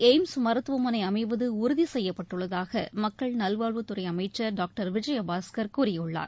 AIIMS மகிரையில் மருத்துவமனைஅமைவதுஉறுதிசெய்யப்பட்டுள்ளதாகமக்கள் நல்வாழ்வுத்துறைஅமைச்சர் டாக்டர் விஜயபாஸ்கர் கூறியுள்ளார்